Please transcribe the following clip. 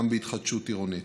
גם בהתחדשות עירונית.